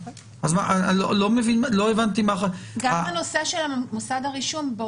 לא הבנתי מה --- גם הנושא של מוסד הרישום.